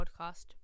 podcast